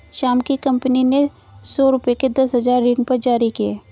श्याम की कंपनी ने सौ रुपये के दस हजार ऋणपत्र जारी किए